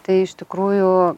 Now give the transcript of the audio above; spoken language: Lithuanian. tai iš tikrųjų